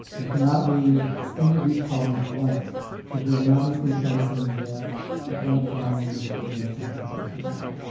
you cannot leave any of these columns blank because we will not make the assumption that a blank column means that there was no compensation at all.